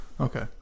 Okay